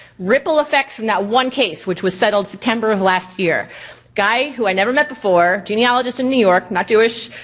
ripple effects from that one case, which was settled september of last year. a guy, who i never met before, genealogist in new york, not jewish,